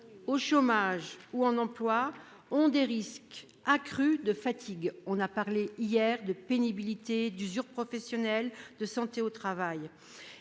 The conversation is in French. au chômage ou en emploi ont des risques accrus de fatigue. Nous avons parlé hier de pénibilité, d'usure professionnelle, de santé au travail.